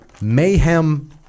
Mayhem